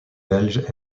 belge